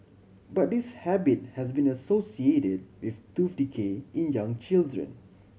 but this habit has been associated with tooth decay in young children